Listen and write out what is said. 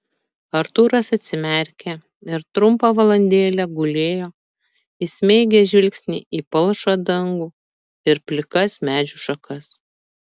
artūras atsimerkė ir trumpą valandėlę gulėjo įsmeigęs žvilgsnį į palšą dangų ir plikas medžių šakas